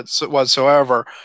whatsoever